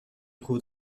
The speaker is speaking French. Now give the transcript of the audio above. trouve